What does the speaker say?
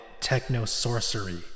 Techno-sorcery